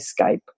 Skype